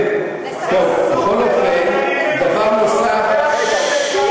בכל מקרה, דבר נוסף,